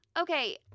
Okay